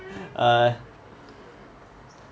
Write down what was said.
uh